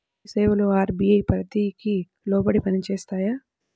ఈ సేవలు అర్.బీ.ఐ పరిధికి లోబడి పని చేస్తాయా?